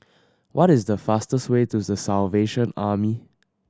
what is the fastest way to The Salvation Army